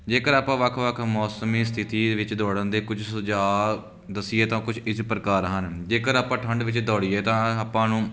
ਜੇਕਰ ਆਪਾਂ ਵੱਖ ਵੱਖ ਮੌਸਮੀ ਸਥਿਤੀ ਦੇ ਵਿੱਚ ਦੌੜਨ ਦੇ ਕੁਝ ਸੁਝਾਅ ਦੱਸੀਏ ਤਾਂ ਕੁਝ ਇਸ ਪ੍ਰਕਾਰ ਹਨ ਜੇਕਰ ਆਪਾਂ ਠੰਢ ਵਿੱਚ ਦੌੜੀਏ ਤਾਂ ਆਪਾਂ ਨੂੰ